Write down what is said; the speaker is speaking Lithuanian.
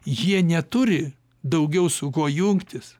jie neturi daugiau su kuo jungtis